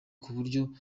kuburyo